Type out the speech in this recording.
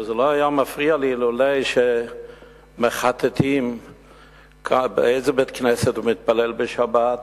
אבל זה לא היה מפריע לי לולא מחטטים באיזה בית-כנסת הוא מתפלל בשבת,